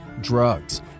drugs